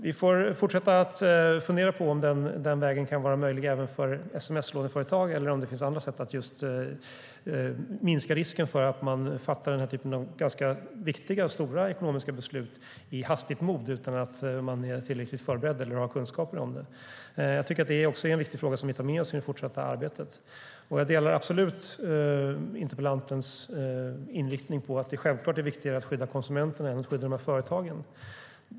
Vi får fortsätta att fundera på om den vägen kan vara möjlig även för sms-låneföretag eller om det finns andra sätt att minska risken för att man fattar viktiga, stora ekonomiska beslut i hastigt mod utan att man är tillräckligt förberedd eller har kunskaper om vad det innebär. Det är också en viktig fråga som vi tar med oss i det fortsatta arbetet. Jag delar absolut interpellantens inriktning, att det självklart är viktigare att skydda konsumenterna än att skydda dessa företag.